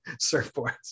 surfboards